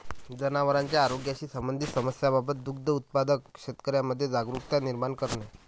जनावरांच्या आरोग्याशी संबंधित समस्यांबाबत दुग्ध उत्पादक शेतकऱ्यांमध्ये जागरुकता निर्माण करणे